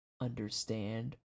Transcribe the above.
understand